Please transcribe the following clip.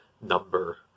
number